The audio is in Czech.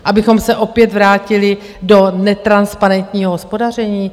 Abychom se opět vrátili do netransparentního hospodaření?